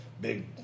big